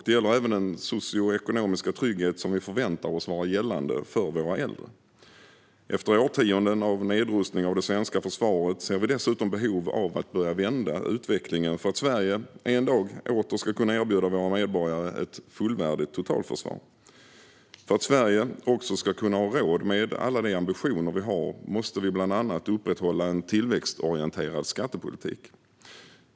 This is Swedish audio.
Det gäller även den socioekonomiska trygghet som vi förväntar oss vara gällande för våra äldre. Efter årtionden av nedrustning av det svenska försvaret ser vi dessutom behov av att börja vända utvecklingen för att vi i Sverige en dag åter ska kunna erbjuda våra medborgare ett fullvärdigt totalförsvar. För att Sverige också ska kunna ha råd med alla de ambitioner vi har måste vi bland annat upprätthålla en tillväxtorienterad skattepolitik.